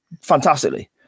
fantastically